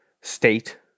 State